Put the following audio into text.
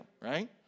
right